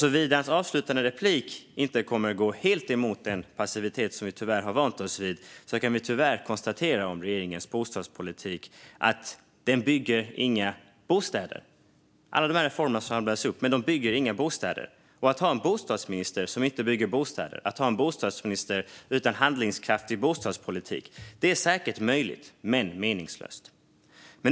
Såvida statsrådets avslutande inlägg inte går helt emot den passivitet vi tyvärr har vant oss vid kan vi tyvärr konstatera att regeringens bostadspolitik inte bygger några bostäder. Det rabblades upp ett antal reformer, men de bygger inga bostäder. Att ha en bostadsminister som inte bygger bostäder - en bostadsminister utan handlingskraftig bostadspolitik - är säkert möjligt, men det är meningslöst.